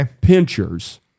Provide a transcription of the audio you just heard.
Pinchers